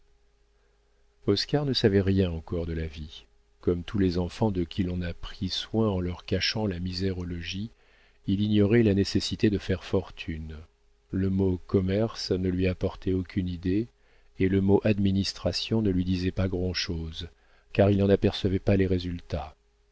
oscar ne savait rien encore de la vie comme tous les enfants de qui l'on a pris soin en leur cachant la misère au logis il ignorait la nécessité de faire fortune le mot commerce ne lui apportait aucune idée et le mot administration ne lui disait pas grand'chose car il n'en apercevait pas les résultats